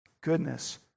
goodness